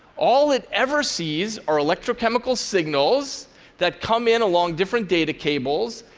all it ever sees are electrochemical signals that come in along different data cables,